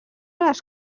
les